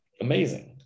amazing